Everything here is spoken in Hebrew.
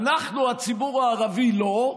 אנחנו הציבור הערבי לא,